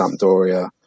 Sampdoria